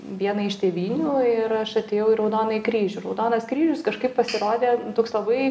vienai iš tėvynių ir aš atėjau į raudonąjį kryžių raudonas kryžius kažkaip pasirodė toks labai